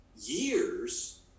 Years